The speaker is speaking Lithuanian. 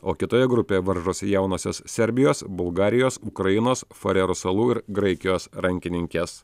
o kitoje grupėje varžosi jaunosios serbijos bulgarijos ukrainos farerų salų ir graikijos rankininkės